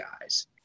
guys